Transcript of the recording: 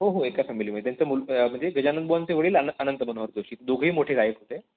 हो हो एका फॅमिलीमध्ये त्यांचं मूल म्हणजे गजाननबुवांचे वडील अनंत मनोहर जोशी दोघंही मोठे गायक होते